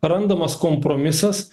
randamas kompromisas